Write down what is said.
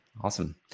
Awesome